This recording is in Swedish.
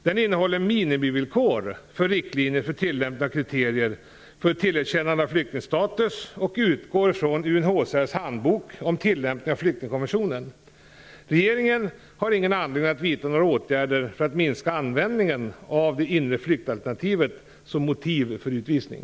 Den innehåller minimivillkor för riktlinjer för tillämpning av kriterier för tillerkännande av flyktingstatus och utgår från Regeringen har ingen anledning att vidta några åtgärder för att minska användningen av det inre flyktalternativet som motiv för utvisning.